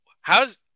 how's –